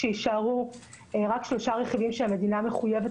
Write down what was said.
כשיישארו רק שלושה רכיבים שהמדינה מחויבת